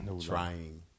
trying